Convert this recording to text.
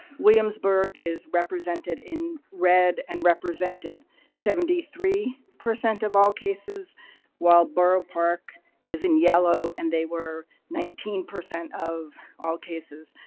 williamsburg is represented in red and represented seventy three percent of all cases while borough park is in yellow and they were nineteen percent of all cases.